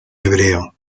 hebreo